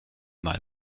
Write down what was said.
mal